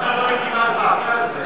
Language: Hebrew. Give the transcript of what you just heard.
למה את לא מקימה זעקה על זה?